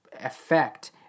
effect